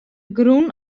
grûn